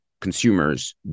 consumers